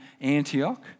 Antioch